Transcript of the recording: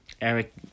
Eric